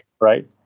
right